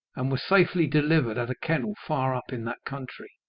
and were safely delivered at a kennel far up in that country.